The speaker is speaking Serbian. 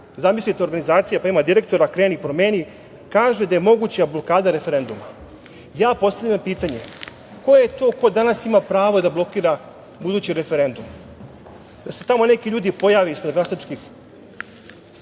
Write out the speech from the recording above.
zamislite organizacije, pa ima direktora – kreni, promeni, kaže da je moguća blokada referenduma. Postavljam pitanje, ko je to ko danas ima pravo da blokira budući referendum? Da se tamo neki ljudi pojave ispred glasačkih